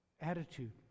Attitude